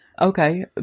Okay